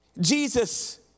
Jesus